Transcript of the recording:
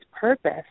purpose